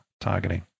targeting